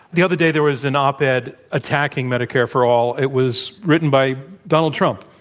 the other day there was an op ed attacking medicare for all. it was written by donald trump.